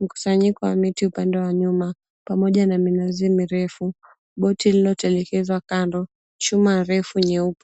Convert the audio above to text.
mkusanyiko wa miti upande wa nyuma pamoja na minazi mirefu, boti lililotelekezwa kando, chuma refu nyeupe.